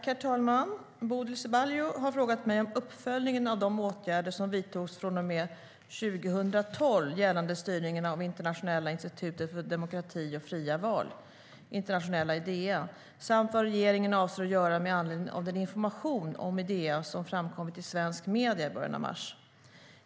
Herr talman! Bodil Ceballos har frågat mig om uppföljningen av de åtgärder som vidtogs från och med 2012 gällande styrningen av Internationella institutet för demokrati och fria val, Idea, samt vad regeringen avser att göra med anledning av den information om Idea som framkommit i svenska medier i början av mars.